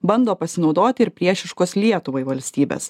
bando pasinaudoti ir priešiškos lietuvai valstybės